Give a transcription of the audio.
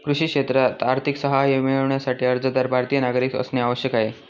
कृषी क्षेत्रात आर्थिक सहाय्य मिळविण्यासाठी, अर्जदार भारतीय नागरिक असणे आवश्यक आहे